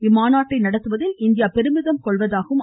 இம்மாநாட்டை நடத்துவதில் இந்தியா பெருமிதம் கொள்வதாகவும் திரு